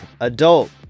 adult